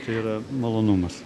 tai yra malonumas